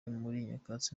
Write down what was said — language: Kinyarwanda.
nyakatsi